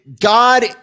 God